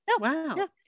Wow